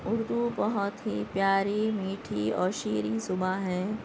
اردو بہت ہی پیاری میٹھی اور شیریں زباں ہے